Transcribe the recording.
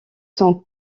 son